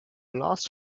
lost